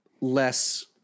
less